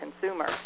consumer